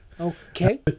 Okay